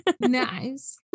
Nice